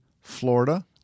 Florida